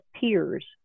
peers